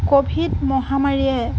Covid মহামাৰীয়ে